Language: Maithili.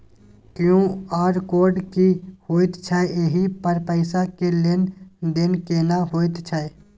क्यू.आर कोड की होयत छै एहि पर पैसा के लेन देन केना होयत छै?